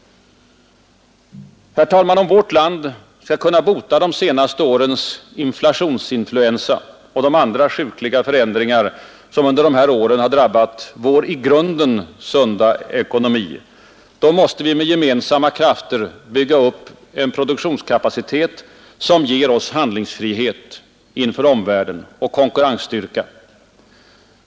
Herr talman! Ovårt land skall kunna bota de senaste årens ”inflationsinfluensa” och de andra sjukliga förändringar som under dessa år drabbat vår i grunden sunda ekonomi, då måste vi med gemensamma krafter bygga upp en produktionskapacitet, som ger oss handlingsfrihet inför omvärlden och konkurrensstyrka.